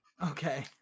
Okay